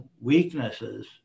weaknesses